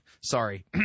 Sorry